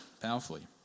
powerfully